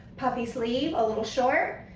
puffy sleeve, a little short,